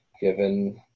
given